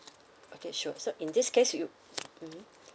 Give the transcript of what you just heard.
okay sure so in this case you mm